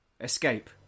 escape